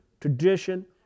tradition